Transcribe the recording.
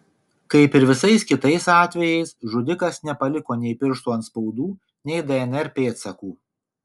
kaip ir visais kitais atvejais žudikas nepaliko nei pirštų atspaudų nei dnr pėdsakų